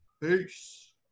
Peace